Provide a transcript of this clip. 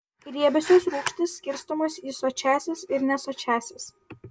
riebiosios rūgštys skirstomis į sočiąsias ir nesočiąsias